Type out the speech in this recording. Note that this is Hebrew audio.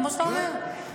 כמו שאתה אומר -- כן.